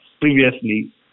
Previously